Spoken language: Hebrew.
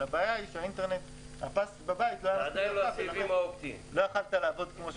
אבל הבעיה היא שהפס בבית לא היה מספיק רחב כדי שתוכל לעבוד כמו שצריך.